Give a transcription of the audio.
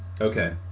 Okay